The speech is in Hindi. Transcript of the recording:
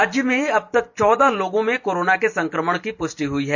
राज्य में अब तक चौदह लोगों में कोरोना के संक्रमण की पुष्टि हुई है